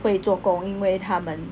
会做工因为他们